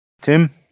Tim